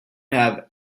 have